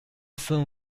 soon